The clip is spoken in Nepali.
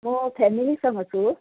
म फेमेलीसँग छु